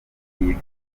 iyi